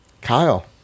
Kyle